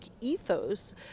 ethos